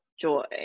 joy